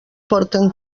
porten